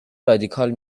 رادیکال